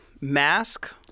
Mask